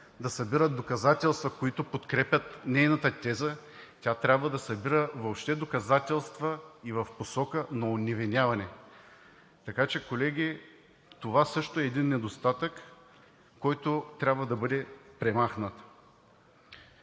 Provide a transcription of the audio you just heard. да събира доказателства, които подкрепят нейната теза, трябва да събира въобще доказателства и в посока на оневиняване. Така че, колеги, това също е недостатък, който трябва да бъде премахнат.